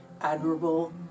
admirable